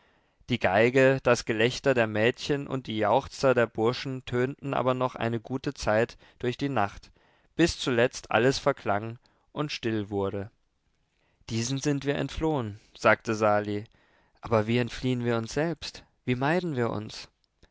die geige das gelächter der mädchen und die jauchzer der burschen tönten aber noch eine gute zeit durch die nacht bis zuletzt alles verklang und still wurde diesen sind wir entflohen sagte sali aber wie entfliehen wir uns selbst wie meiden wir uns